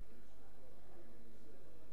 שרים?